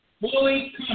fully